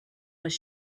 was